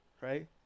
right